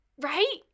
Right